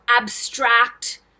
abstract